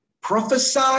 prophesy